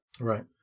Right